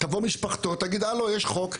תבוא משפחתו תגיד 'הלו, יש חוק.